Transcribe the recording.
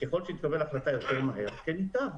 וככל שהיא תקבל החלטה מהר יותר כן ייטב.